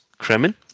Kremen